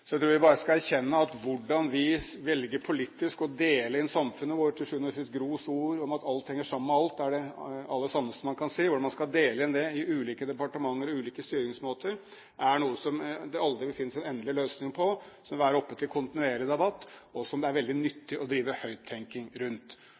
Så jeg tror vi bare skal erkjenne at når det gjelder hvordan vi velger politisk å dele inn samfunnet, er til syvende og sist Gros ord om at «alt henger sammen med alt», det aller sanneste man kan si. Hvordan man skal dele inn i ulike departementer og ulike styringsmåter, er noe det aldri vil finnes en endelig løsning på. Det er noe som vil være oppe til kontinuerlig debatt, og som det er veldig